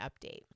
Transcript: update